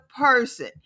person